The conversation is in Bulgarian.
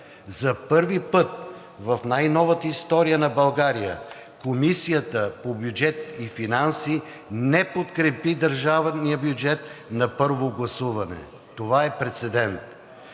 За първи път в най-новата история на България Комисията по бюджет и финанси не подкрепи държавния бюджет на първо гласуване. Това е прецедент.